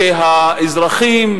שהאזרחים,